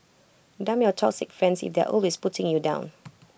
dump your toxic friends if they're always putting you down